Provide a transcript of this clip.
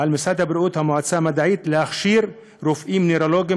ועל משרד הבריאות והמועצה המדעית להכשיר רופאים נוירולוגים